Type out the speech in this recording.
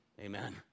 Amen